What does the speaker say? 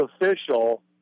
official